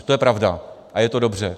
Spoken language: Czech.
To je pravda a je to dobře.